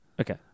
Okay